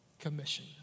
Commission